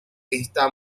está